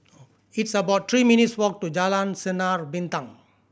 it's about three minutes' walk to Jalan Sinar Bintang